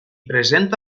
presenta